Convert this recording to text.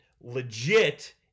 legit